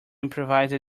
improvise